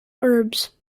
herbs